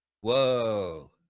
whoa